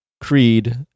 Creed